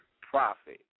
profit